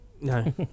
No